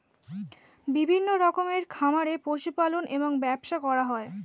বিভিন্ন রকমের খামারে পশু পালন এবং ব্যবসা করা হয়